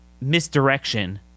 misdirection